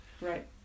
right